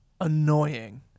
Annoying